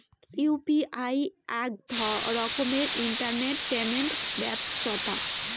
UPI আক রকমের internet payment ব্যবছথা